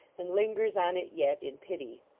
and lingers on it yet, in pity.